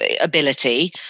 ability